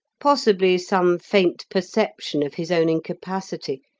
possibly some faint perception of his own incapacity,